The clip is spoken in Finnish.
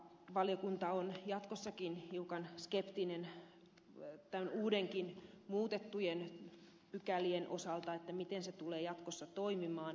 valiokunta on jatkossakin hiukan skeptinen näiden uusienkin muutettujen pykälien osalta miten ne tulevat jatkossa toimimaan